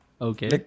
okay